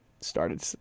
started